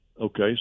Okay